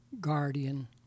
guardian